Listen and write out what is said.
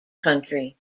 country